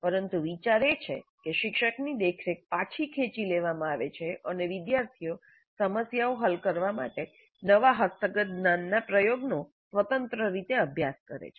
પરંતુ વિચાર એ છે કે શિક્ષકની દેખરેખ પાછી ખેંચી લેવામાં આવે છે અને વિદ્યાર્થીઓ સમસ્યાઓ હલ કરવા માટે નવા હસ્તગત જ્ઞાનનાં પ્રયોગનો સ્વતંત્ર રીતે અભ્યાસ કરે છે